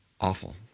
Awful